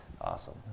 awesome